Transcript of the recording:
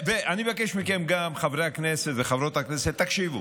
אני מבקש גם מכם, חברות וחברי הכנסת, תקשיבו.